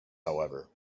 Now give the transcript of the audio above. however